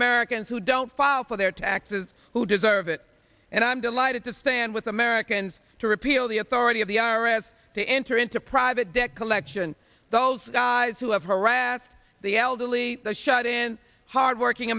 americans who don't file for their taxes who deserve it and i'm delighted to stand with americans to repeal the authority of the i r s to enter into private debt collection those guys who have harassed the elderly shuttin hardworking